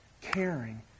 caring